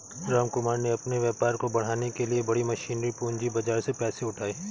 रामकुमार ने अपने व्यापार को बढ़ाने के लिए बड़ी मशीनरी पूंजी बाजार से पैसे उठाए